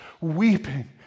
Weeping